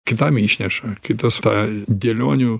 kitam išneša kitas tą dėlionių